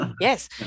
yes